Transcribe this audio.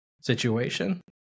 situation